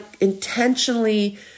intentionally